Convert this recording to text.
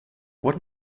what